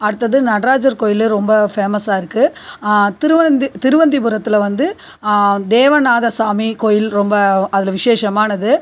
அடுத்தது நடராஜர் கோயிலில் ரொம்ப ஃபேமஸாக இருக்கு திருவந்தி திருவந்திபுரத்தில் வந்து தேவநாதர் சாமி கோயில் ரொம்ப அதில் விசேஷமானது